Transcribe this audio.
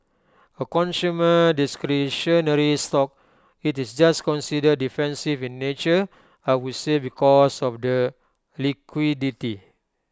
A consumer discretionary stock IT is just considered defensive in nature I would say because of the liquidity